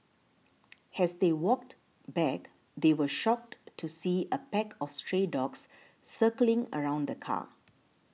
as they walked back they were shocked to see a pack of stray dogs circling around the car